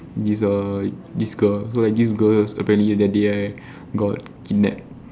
is uh this girl so this girl apparently that day right got kidnapped